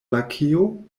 lakeo